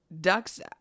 ducks